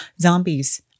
Zombies